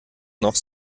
noch